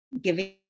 giving